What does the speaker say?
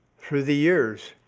through the years,